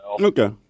okay